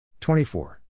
24